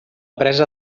presa